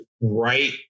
right